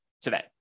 today